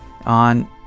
on